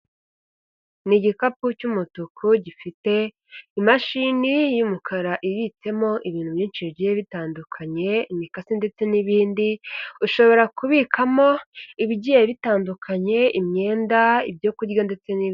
Ni igikapu cy'umutuku gifite imashini y'umukara ibitsemo ibintu byinshi bigiye bitandukanye, imikasi ndetse n'ibindi, ushobora kubikamo ibigiye bitandukanye , imyenda, ibyo kurya ndetse n'ibi...